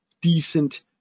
decent